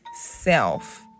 self